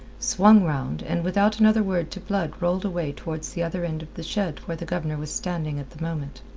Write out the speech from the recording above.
swung round, and without another word to blood rolled away towards the other end of the shed where the governor was standing at the moment.